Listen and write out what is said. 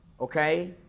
Okay